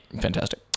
fantastic